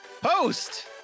Post